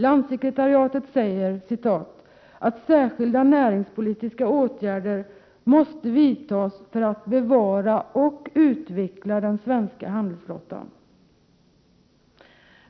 Landssekretariatet säger att ”särskilda näringspolitiska åtgärder måste vidtas för att bevara och utveckla den svenska handelsflottan”.